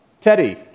Teddy